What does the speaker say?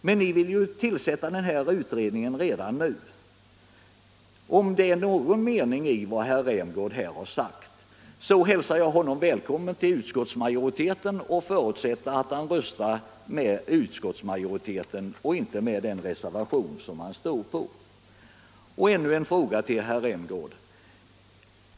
Men ni vill ju tillsätta denna utredning redan nu. Om det ligger någon mening i vad herr Rämgård här har sagt, hälsar jag honom välkommen till utskottsmajoriteten och förutsätter att han röstar med majoriteten och inte med den reservation som hans namn står på. Jag vill ställa ytterligare en fråga till herr Rämgård.